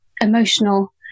emotional